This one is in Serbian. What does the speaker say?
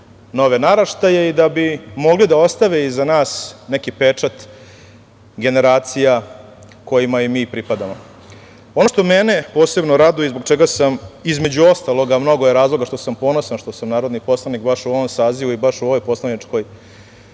nove naraštaje i da bi mogli da ostave iza nas neki pečat generacija kojima i mi pripadamo. Ono što mene posebno raduje i zbog čega sam, između ostalog, a mnogo je razloga što sam ponosan što sam narodni poslanik baš u ovom sazivu i baš u ovoj poslaničkoj